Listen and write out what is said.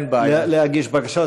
להגיש בקשה.